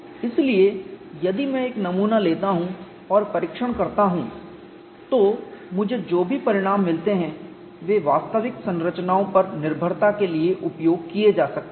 इसलिए यदि मैं एक नमूना लेता हूं और परीक्षण करता हूं तो मुझे जो भी परिणाम मिलते हैं वे वास्तविक संरचनाओं पर निर्भरता के लिए उपयोग किए जा सकते हैं